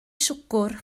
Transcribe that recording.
siwgr